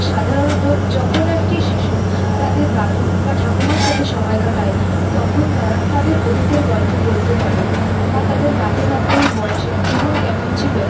সাধারণত যখন একটি শিশু তাদের দাদু বা ঠাকুমার সাথে সময় কাটায় তখন তারা তাদের অতীতের গল্প বলতে পারে বা তাদের নাতি নাতনির বয়সে জীবন কেমন ছিল